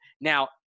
Now